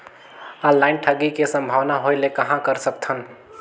Online ठगी के संभावना होय ले कहां कर सकथन?